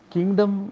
Kingdom